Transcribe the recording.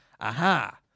aha